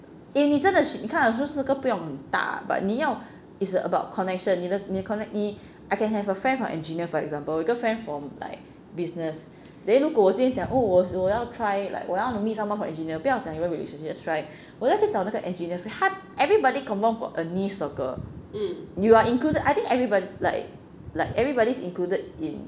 eh 你真的你看你 social circle 不用很大 but 你要 it's about connection 你的你的 connect 你 I can have a friend from engineer for example 有一个 friend from like business then 如果我今天讲 oh 我我要 try like 我要 meet someone from engineer 不要讲 relationship just try 我要去找那个 engineer friend 他 everybody confirm got a niche circle you are included I think everybody like like everybody is included in